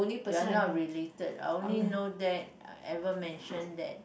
we're not related I only know that I ever mention that